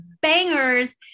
bangers